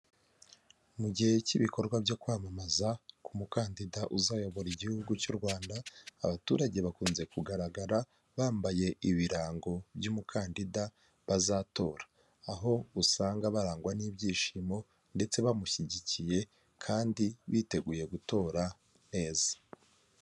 Mu gihe cy'ibikorwa byo kwamamaza umukandida uzayobora igihugu cy'u Rwanda, abaturage bakunze kugaragara bambaye ibirango by'umukandida bazatora, aho usanga barangwa n'ibyishimo ndetse bamushyigikiye kandi biteguye gutora neza.